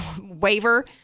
waiver